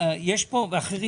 גם אחרים